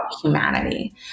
humanity